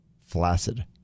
flaccid